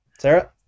Sarah